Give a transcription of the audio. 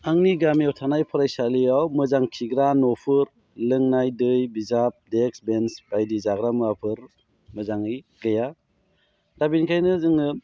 आंनि गामियाव थानाय फरायसालियाव मोजां खिग्रा न'फोर लोंनाय दै बिजाब देक्स बेन्च बायदि जाग्रा मुवाफोर मोजाङै गैया दा बेनिखायनो जोङो